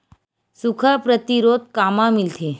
सुखा प्रतिरोध कामा मिलथे?